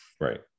Right